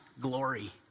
glory